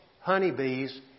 honeybees